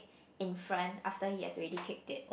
in front after he has already kicked it